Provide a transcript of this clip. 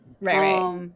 Right